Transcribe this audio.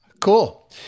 cool